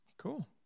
Cool